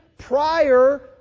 prior